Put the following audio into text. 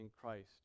Christ